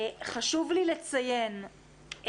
חשוב לי לציין,